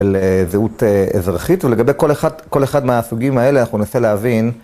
לזהות אזרחית, ולגבי כל אחד מהסוגים האלה אנחנו ננסה להבין